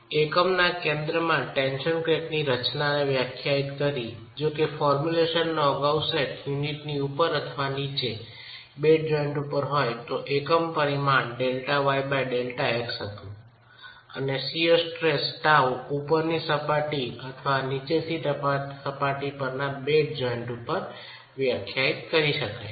એકમના કેન્દ્રમાં ટેન્શન ક્રેકની રચનાને વ્યાખ્યાયિત કરી જો કે ફોર્મ્યુલેશનનો અગાઉનો સેટ યુનિટની ઉપર અથવા નીચે બેડ જોઇન્ટ પર હોય તો એકમ પરિમાણ Δy બાય Δx હતું અને શીયર સ્ટ્રેસ τ ઉપરની સપાટી અથવા નીચેની સપાટી પર ના બેડ જોઈન્ટ ઉપર વ્યાખ્યાયિત કરી શકાય છે